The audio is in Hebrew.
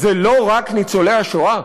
אלה לא רק ניצולי השואה,